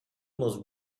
must